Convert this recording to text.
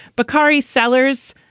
bakari sellers,